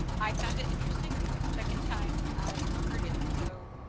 i found it interesting and it's the second time i heard it. so